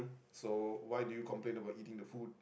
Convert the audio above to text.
so why do you complaint about eating the food